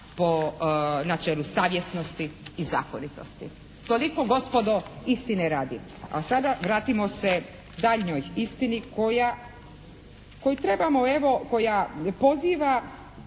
po načelu savjesnosti i zakonitosti. Toliko gospodo istine radi. A sada vratimo se daljnjoj istini koja, koju